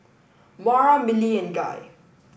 Moira Milly and Guy